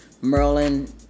Merlin